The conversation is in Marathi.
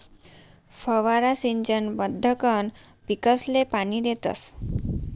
फवारा सिंचन पद्धतकंन पीकसले पाणी देतस